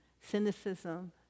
cynicism